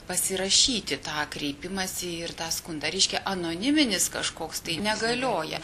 pasirašyti tą kreipimąsi ir tą skundą reiškia anoniminis kažkoks tai negalioja